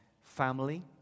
family